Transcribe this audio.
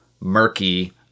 murky